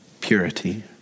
purity